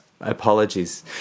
apologies